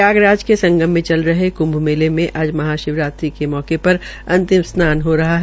प्रयाग राज के संगम में चल रहे कृंभ मेले में आज महाशिवरात्रि के अवसर पर अंतिम स्नान हो रहा है